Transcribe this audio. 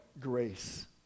grace